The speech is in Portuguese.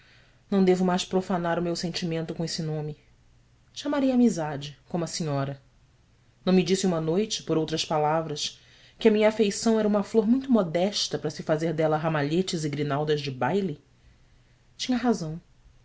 não devo mais profanar o meu sentimento com esse nome chamarei amizade como a senhora não me disse uma noite por outras palavras que a minha afeição era uma flor muito modesta para se fazer dela ramalhetes e grinaldas de baile tinha razão